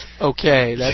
Okay